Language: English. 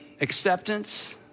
Acceptance